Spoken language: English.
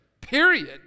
Period